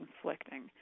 conflicting